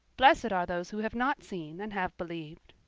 blessed are those who have not seen, and have believed.